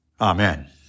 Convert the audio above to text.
Amen